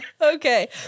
Okay